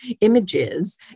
images